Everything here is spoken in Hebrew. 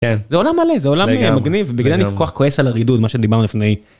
זה עולם מלא זה עולם מגניב בגלל אני כל כך כועס על הרידוד מה שדיברנו לפני.